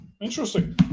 interesting